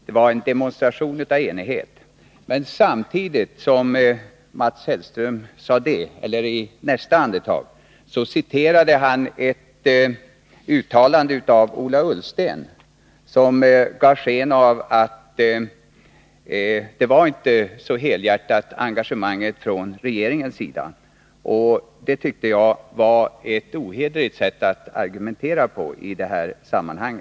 Mats Hellström sade att det var en demonstration av enighet, men i nästa andetag citerade han ett uttalande av Ola Ullsten som gav sken av att engagemanget från regeringens sida inte var så helhjärtat. Jag tycker att det var ett ohederligt sätt att argumentera på i detta sammanhang.